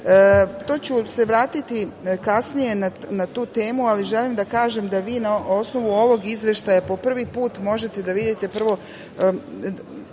ću se vratiti na tu temu, ali želim da kažem da vi na osnovu ovog izveštaja po prvi put možete da vidite, prvo,